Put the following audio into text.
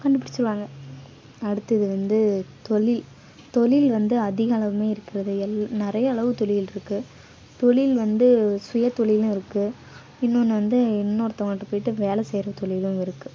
கண்டுபிடிச்சிருவாங்க அடுத்தது வந்து தொழில் தொழில் வந்து அதிக அளவுமே இருக்கிறது எல் நிறைய அளவு தொழில்ருக்குது தொழில் வந்து சுயதொழில்னு இருக்குது இன்னோன்று வந்து இன்னோருத்தவங்கிட்ட போயிட்டு வேலை செய்கிற தொழிலும் இருக்குது